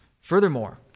Furthermore